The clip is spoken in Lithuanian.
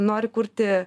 nori kurti